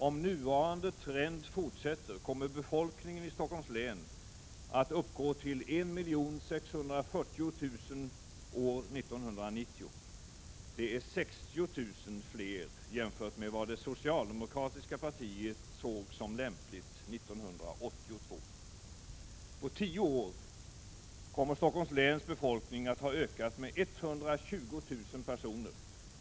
Om nuvarande trend fortsätter kommer befolkningen i Stockholms län att uppgå till 1.640 000 människor år 1990. Det är 60 000 fler jämfört med vad det socialdemokratiska partiet såg som lämpligt 1982. På tio år kommer Stockholms läns befolkning att ha ökat med 120 000 personer.